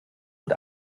und